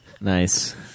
Nice